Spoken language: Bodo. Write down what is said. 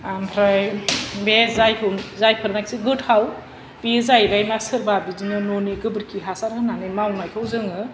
आमफ्राय बे जायखौ जायफोरनाखि गोथाव बेयो जाहैबाय मा सोरबा बिदिनो न'नि गोबोरखि हासार होनानै मावनायखौ जोङो